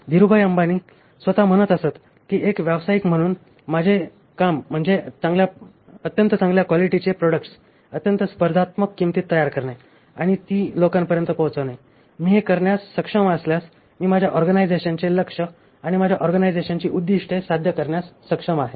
धीरूभाई अंबानी स्वत म्हणत असत की एक व्यावसायिक म्हणून माझे काम म्हणजे अत्यंत चांगल्या क्वालिटीचे प्रॉडक्ट्स अत्यंत स्पर्धात्मक किंमतीत तयार करणे आणि ती लोकांपर्यंत पोचविणे आणि मी हे करण्यास सक्षम असल्यास मी माझ्या ऑर्गनायझेशनचे लक्ष्य आणि माझ्या ऑर्गनायझेशनची उद्दिष्टे साध्य करण्यास सक्षम आहे